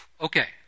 okay